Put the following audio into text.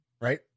right